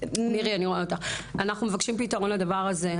אנחנו מבקשים פתרון לדבר הזה.